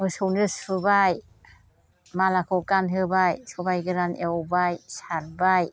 मोसौनो सुबाइ मालाखौ गानहोबाय सबाइ गोरान एवबाय सारबाय